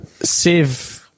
save